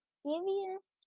serious